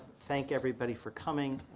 thank everybody for coming,